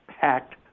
packed